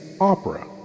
opera